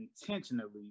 intentionally